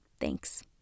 Thanks